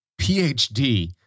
PhD